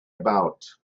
about